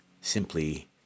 simply